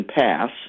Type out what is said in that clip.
pass